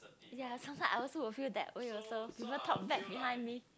ya sometimes I also will feel that way also people talk bad behind me